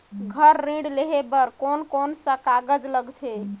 घर ऋण लेहे बार कोन कोन सा कागज लगथे?